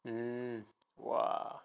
mm !wah!